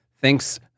thinks